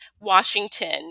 washington